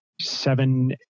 seven